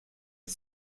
est